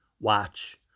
watch